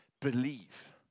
believe